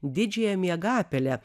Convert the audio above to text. didžiąją miegapelę